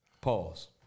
Pause